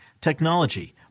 technology